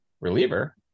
Reliever